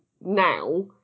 now